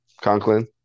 Conklin